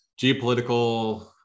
geopolitical